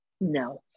no